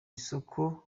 isoko